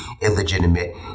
illegitimate